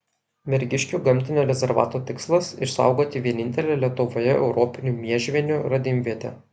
mergiškių gamtinio rezervato tikslas išsaugoti vienintelę lietuvoje europinių miežvienių radimvietę